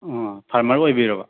farmer ꯑꯣꯏꯕꯤꯔꯕ